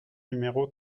numéro